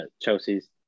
Chelsea's